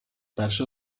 перше